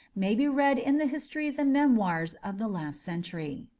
may be read in the histories and memoirs of the last century.